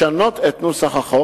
לשנות את נוסח החוק